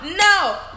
no